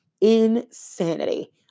insanity